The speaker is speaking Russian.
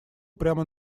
прямо